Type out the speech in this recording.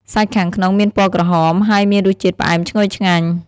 សាច់ខាងក្នុងមានពណ៌ក្រហម ហើយមានរសជាតិផ្អែមឈ្ងុយឆ្ងាញ់។